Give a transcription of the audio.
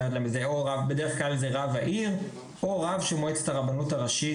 זה בדרך כלל רב העיר או רב של מועצת הרבנות הראשית.